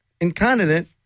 incontinent